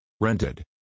Rented